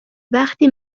وقتی